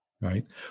right